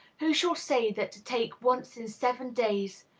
who shall say that to take once in seven days,